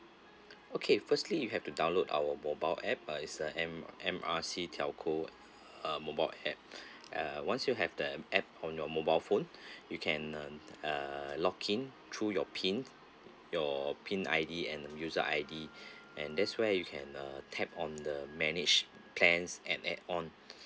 okay firstly you have to download our mobile app uh is a M R C telco uh mobile app ah once you have them app on your mobile phone you can uh login through your P_I_N your P_I_N I_D and user I_D and that's where you can uh tap on the manage plans and add on